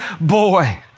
boy